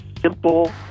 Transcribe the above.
simple